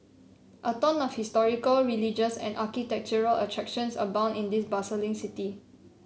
a ton of historical religious and architectural attractions abound in this bustling city